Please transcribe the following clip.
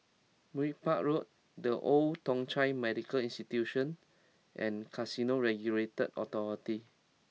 Merbau Road The Old Thong Chai Medical Institution and Casino Regulatory Authority